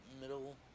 middle